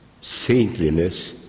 saintliness